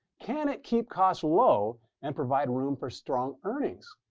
can it keep costs low and provide room for strong earnings?